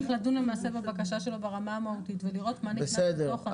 צריך לדון למעשה בבקשה שלו ברמה המהותית ולראות מה ניתן --- בסדר.